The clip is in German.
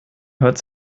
hört